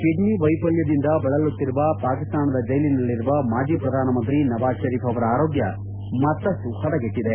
kidney ವೈಫಲ್ಲದಿಂದ ಬಳಲುತ್ತಿರುವ ಪಾಕಿಸ್ತಾನದ ಜೈಲಿನಲ್ಲಿರುವ ಮಾಜಿ ಪ್ರಧಾನಮಂತ್ರಿ ನವಾಜ್ ಪರೀಫ್ ಅವರ ಆರೋಗ್ಯ ಮತ್ತಷ್ಟು ಹದಗಟ್ಟದೆ